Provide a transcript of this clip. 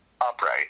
upright